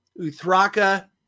Uthraka